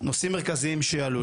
נושאים מרכזיים שעלו,